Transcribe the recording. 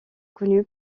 connu